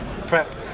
Prep